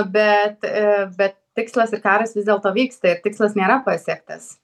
bet e bet tikslas ir karas vis dėlto vyksta ir tikslas nėra pasiektas